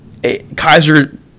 Kaiser